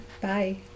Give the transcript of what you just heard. Bye